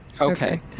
Okay